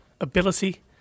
ability